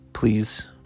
Please